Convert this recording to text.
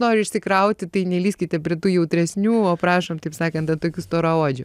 noriu išsikrauti tai nelįskite prie tų jautresnių o prašom taip sakant ant tokių storaodžių